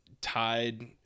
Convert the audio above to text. tied